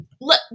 look